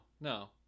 no